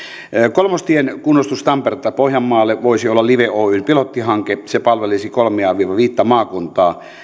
kolmostien kunnostus tampereelta pohjanmaalle voisi olla live oyn pilottihanke se palvelisi kolmea viiva viittä maakuntaa